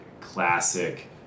classic